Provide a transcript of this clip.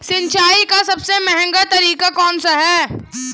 सिंचाई का सबसे महंगा तरीका कौन सा है?